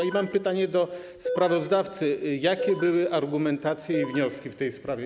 I mam pytanie do sprawozdawcy: Jakie były argumentacje i wnioski w tej sprawie?